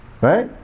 Right